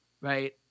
Right